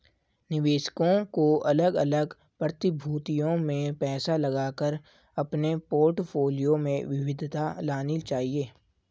निवेशकों को अलग अलग प्रतिभूतियों में पैसा लगाकर अपने पोर्टफोलियो में विविधता लानी चाहिए